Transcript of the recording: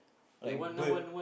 like bird